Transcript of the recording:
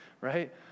right